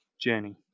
journey